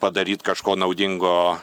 padaryt kažko naudingo